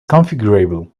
configurable